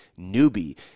newbie